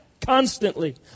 constantly